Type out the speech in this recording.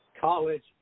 college